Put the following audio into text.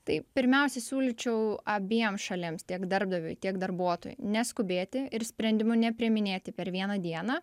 tai pirmiausia siūlyčiau abiem šalims tiek darbdaviui tiek darbuotojui neskubėti ir sprendimų nepriiminėti per vieną dieną